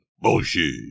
Bullshit